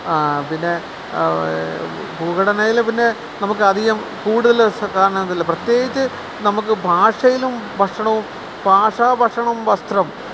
പിന്നെ ഭൂഘടനയില് പിന്നെ നമുക്ക് അധികം കൂടുതല് കാണാനാകില്ല പ്രത്യേകിച്ച് നമുക്ക് ഭാഷയിലും ഭക്ഷണത്തിലും ഭാഷാ ഭക്ഷണം വസ്ത്രം